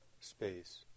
space